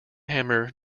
hammer